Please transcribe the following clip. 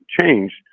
changed